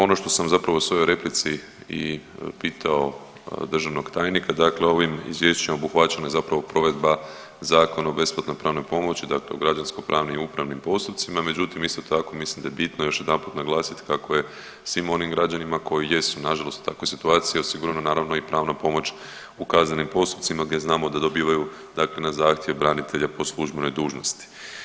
Ono što sam zapravo u svojoj replici i pitao državnog tajnika, dakle ovim izvješćem obuhvaćena je zapravo provedba Zakona o besplatnoj pravnoj pomoći, dakle u građanskopravnim i upravnim postupcima, međutim isto tako mislim da je bitno još jedanput naglasit kako je svim onim građanima koji jesu nažalost u takvoj situaciji osigurana naravno i pravna pomoć u kaznenim postupcima gdje znamo da dobivaju dakle na zahtjev branitelja po službenoj dužnosti.